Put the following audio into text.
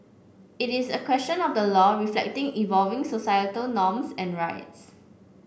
it is a question of the law reflecting evolving societal norms and rights